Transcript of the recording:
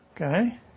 okay